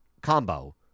combo